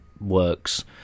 works